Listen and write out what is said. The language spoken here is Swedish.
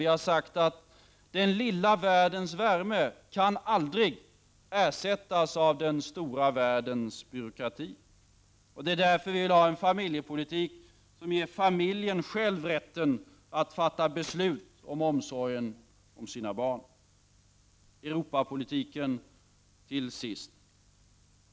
Vi har sagt att den lilla världens värme aldrig kan ersättas av den stora världens byråkrati. Vi vill därför ha en familjepolitik som ger familjen själv rätten att fatta beslut om omsorgen om sina barn. Till sist vill jag ta upp Europapolitiken.